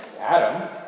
Adam